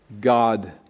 God